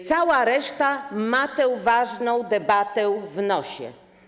Cała reszta ma tę ważną debatę w nosie.